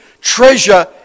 treasure